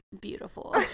beautiful